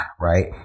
right